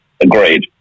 agreed